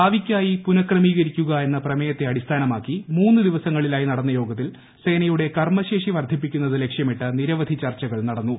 ഭാവിക്കായി പുനക്രമീകരിക്കുക എന്ന പ്രമേയത്തെ അടിസ്ഥാനമാക്കി മൂന്ന് ദിവസങ്ങളിലായ്ക്ക് ഫ്ട്ട്ന്ന യോഗത്തിൽ സേനയുടെ കർമ്മശേഷി വർദ്ധിപ്പിക്കുന്നൂത് ലക്ഷ്യമിട്ട് നിരവധി ചർച്ചകൾ നടന്നു